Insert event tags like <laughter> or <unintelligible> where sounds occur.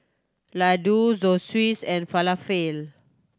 Ladoo Zosui <unintelligible> and Falafel